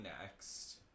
next